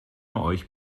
euch